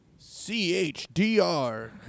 CHDR